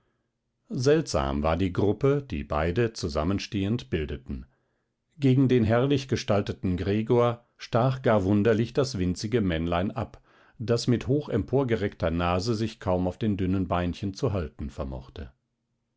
seltsam war die gruppe die beide zusammenstehend bildeten gegen den herrlich gestalteten gregor stach gar wunderlich das winzige männlein ab das mit hoch emporgereckter nase sich kaum auf den dünnen beinchen zu erhalten vermochte